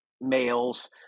males